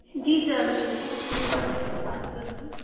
जी sir मैं ice cream parlour से बात कर रही हूँ